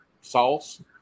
sauce